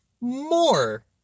more